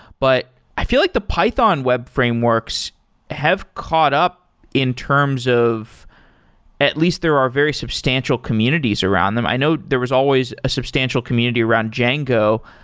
but i feel like the python web frameworks have caught up in terms of at least there are very substantial communities around them. i know there was always a substantial community around django,